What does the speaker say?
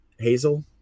hazel